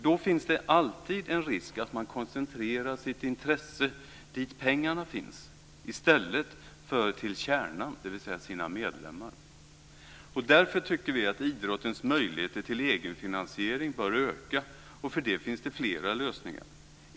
Då finns det alltid en risk att man koncentrerar sitt intresse dit pengarna finns i stället för till kärnan, dvs. Därför tycker vi att idrottens möjligheter till egenfinansiering bör öka, och för det finns det flera lösningar.